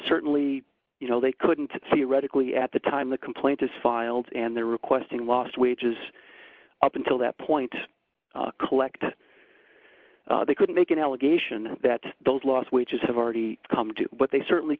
certainly you know they couldn't theoretically at the time the complaint is filed and they're requesting lost wages up until that point collect they could make an allegation that those lost wages have already come to but they certainly